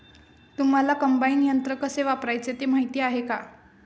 तुम्हांला कम्बाइन यंत्र कसे वापरायचे ते माहीती आहे का?